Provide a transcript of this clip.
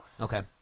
Okay